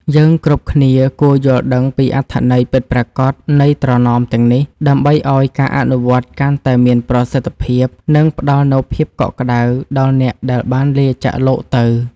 យើងគ្រប់គ្នាគួរយល់ដឹងពីអត្ថន័យពិតប្រាកដនៃត្រណមទាំងនេះ ដើម្បីឱ្យការអនុវត្តកាន់តែមានប្រសិទ្ធភាព និងផ្តល់នូវភាពកក់ក្តៅដល់អ្នកដែលបានលាចាកលោកទៅ។